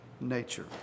nature